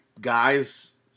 guys